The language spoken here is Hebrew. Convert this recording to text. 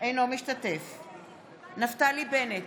אינו משתתף בהצבעה נפתלי בנט,